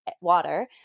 water